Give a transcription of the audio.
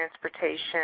transportation